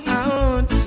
out